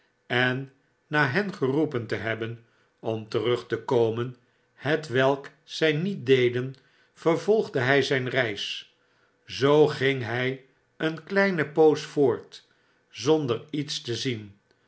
en na hen geroepen te hebben om terug te komen hetwelk zij niet deden vervolgde hij zijn reis zoo ging hij een kleine poos voort zonder iets te zien